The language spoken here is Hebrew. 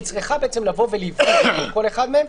היא צריכה לבוא ולבחון כל אחד מהם,